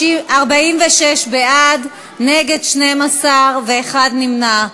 46 בעד, נגד, 12, ואחד נמנע.